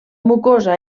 mucosa